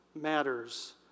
matters